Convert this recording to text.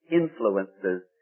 influences